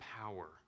power